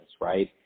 right